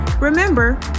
Remember